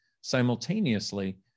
simultaneously